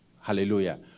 hallelujah